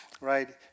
right